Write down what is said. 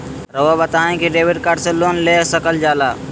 रहुआ बताइं कि डेबिट कार्ड से लोन ले सकल जाला?